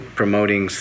promoting